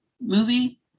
movie